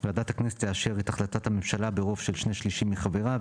ועדת הכנסת תאשר את החלטת הממשלה ברוב של שני שלישים מחבריה,